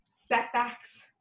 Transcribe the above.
setbacks